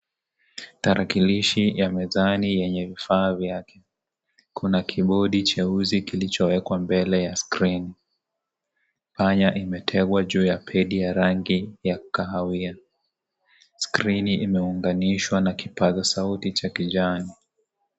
Tarakilishi ya mezani yenye vifaa vyake. Kuna kibodi cheusi kilichowekwa mbele ya screen . Panya imetegwa juu ya pedia ya rangi ya kahawia. Screen imeunganishwa na kipasa sauti cha kijani.